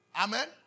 Amen